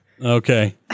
Okay